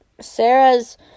Sarah's